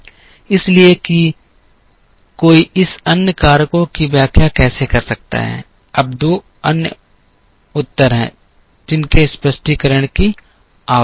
इसलिए कि कोई इस अन्य कारकों की व्याख्या कैसे कर सकता है अब दो अन्य उत्तर हैं जिनके स्पष्टीकरण की आवश्यकता है